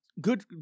good